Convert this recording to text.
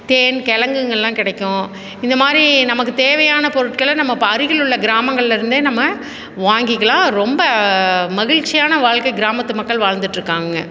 தேன் கெழங்குகெல்லாம் கிடைக்கும் இந்தமாதிரி நமக்குத் தேவையான பொருட்களை நம்ம இப்போ அருகில் உள்ள கிராமங்களில் இருந்தே நம்ம வாங்கிக்கலாம் ரொம்ப மகிழ்ச்சியான வாழ்க்கை கிராமத்து மக்கள் வாழ்ந்துட்டுருக்காங்க